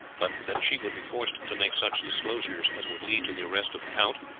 but that she would be forced to make such disclosures as would lead to the arrest of the count,